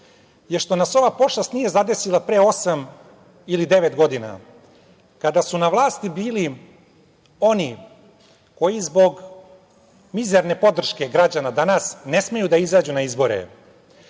je što nas ova pošast nije zadesila pre osam ili devet godina kada su na vlasti bili oni koji zbog mizerne podrške građana danas ne smeju da izađu na izbore.